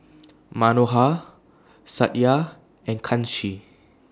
Manohar Satya and Kanshi